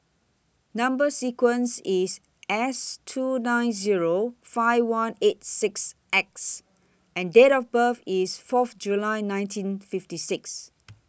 Number sequence IS S two nine Zero five one eight six X and Date of birth IS Fourth July nineteen fifty six